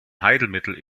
heilmittel